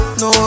no